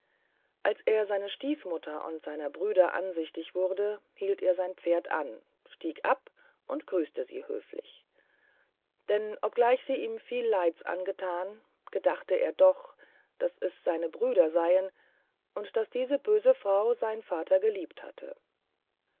als er seine stiefmutter und seine brüder ansichtig wurde hielt er sein pferd an stieg ab und grüßte sie höflich denn obgleich sie ihm viel leids angetan bedachte er doch daß es seine brüder seien und daß diese böse frau sein vater geliebt hatte